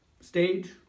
stage